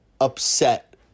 upset